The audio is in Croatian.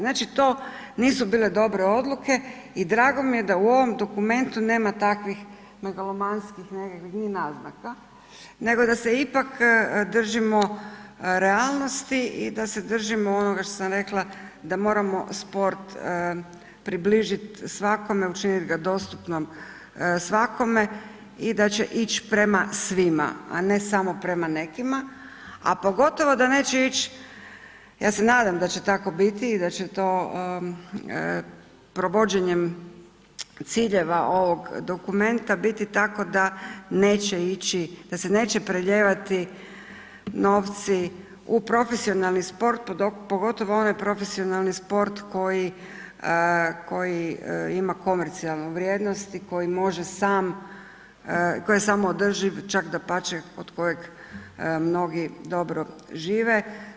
Znači to nisu bile dobre odluke i drago mi je da u ovom dokumentu nema takvih megalomanskih nekakvih ni naznaka nego da se ipak držimo realnosti i da se držimo onoga što sam rekla da moramo sport približiti svakome, učiniti ga dostupnim svakome i da će ići prema svima a ne samo prema nekima a pogotovo da neće ići, ja se nadam da će tako biti i da će to provođenjem ciljeva ovog dokumenta biti tkao da neće ići, da se neće prelijevati novci u profesionalni sport pogotovo onaj profesionalni sport koji ima komercijalnu vrijednosti koji može sam, koji je samoodrživ čak dapače od kojeg mnogi dobro žive.